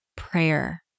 prayer